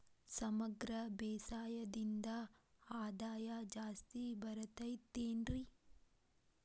ಸಮಗ್ರ ಬೇಸಾಯದಿಂದ ಆದಾಯ ಜಾಸ್ತಿ ಬರತೈತೇನ್ರಿ?